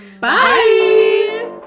Bye